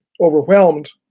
overwhelmed